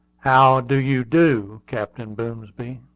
how do you do, captain boomsby?